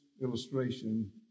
illustration